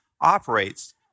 operates